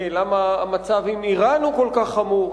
למה המצב עם אירן הוא כל כך חמור.